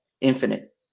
infinite